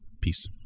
Peace